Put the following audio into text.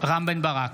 רם בן ברק,